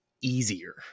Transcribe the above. easier